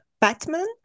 Batman